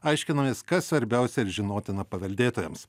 aiškinamės kas svarbiausia ir žinotina paveldėtojams